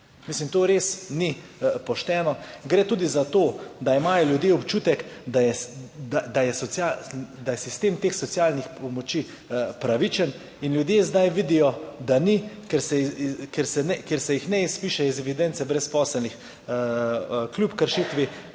šiht. To res ni pošteno. Gre tudi za to, da imajo ljudje občutek, da je sistem socialnih pomoči pravičen, in ljudje zdaj vidijo, da ni, ker se jih ne izpiše iz evidence brezposelnih kljub kršitvi